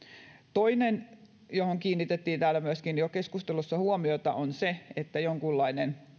toinen johon myöskin kiinnitettiin täällä keskustelussa jo huomiota on se että olisi jonkunlainen